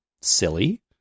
silly